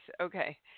Okay